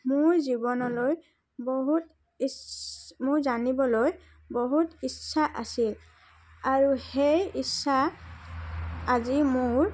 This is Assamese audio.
মোৰ জীৱনলৈ বহুত ইছ মোৰ জানিবলৈ বহুত ইচ্ছা আছে আৰু সেই ইচ্ছা আজি মোৰ